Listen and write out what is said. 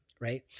right